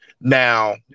Now